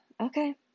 Okay